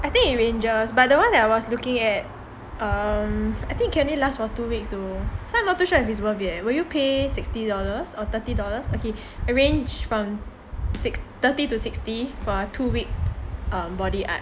I think it ranges but the one that I was looking at um I think any last for two weeks though so I'm not too sure if it's worth it will you pay sixty dollars or thirty dollars okay a range from six thirty to sixty for two week body art